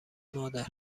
مادر